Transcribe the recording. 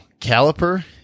Caliper